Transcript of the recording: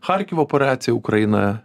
charkivo operaciją ukrainoje